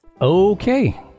Okay